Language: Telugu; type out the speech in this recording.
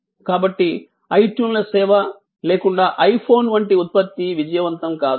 కాబట్టి ఐ ట్యూన్ల సేవ లేకుండా ఐ ఫోన్ వంటి ఉత్పత్తి విజయవంతం కాదు